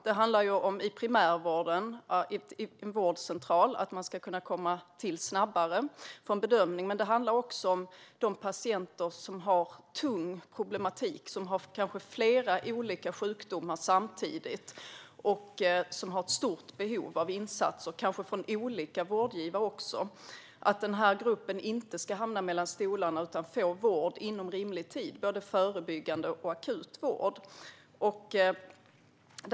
Dels handlar detta om att patienter i primärvården snabbare ska kunna komma till en vårdcentral för en bedömning, dels handlar det om att de patienter som har tung problematik, som kanske har flera olika sjukdomar samtidigt och som har ett stort behov av insatser - kanske från olika vårdgivare - inte ska hamna mellan stolarna utan få både förebyggande och akut vård inom rimlig tid.